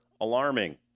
alarming